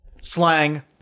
Slang